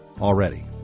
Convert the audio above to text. already